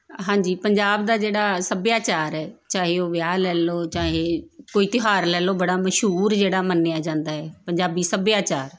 ਹਾਂਜੀ ਪੰਜਾਬ ਦਾ ਜਿਹੜਾ ਸੱਭਿਆਚਾਰ ਹੈ ਚਾਹੇ ਉਹ ਵਿਆਹ ਲੈ ਲਉ ਚਾਹੇ ਕੋਈ ਤਿਉਹਾਰ ਲੈ ਲਉ ਬੜਾ ਮਸ਼ਹੂਰ ਜਿਹੜਾ ਮੰਨਿਆ ਜਾਂਦਾ ਹੈ ਪੰਜਾਬੀ ਸੱਭਿਆਚਾਰ